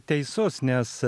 teisus nes